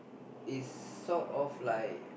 it's sort of like